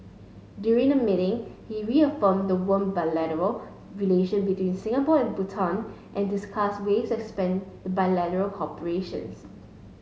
during the meeting he reaffirmed the warm bilateral relation between Singapore and Bhutan and discussed ways expand cooperation